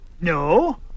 No